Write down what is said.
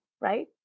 right